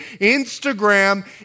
Instagram